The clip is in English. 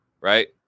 right